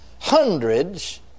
Hundreds